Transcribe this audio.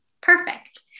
Perfect